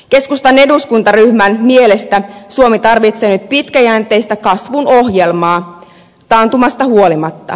keskustan eduskuntaryhmän mielestä suomi tarvitsee nyt pitkäjänteistä kasvun ohjelmaa taantumasta huolimatta